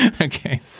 Okay